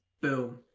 boom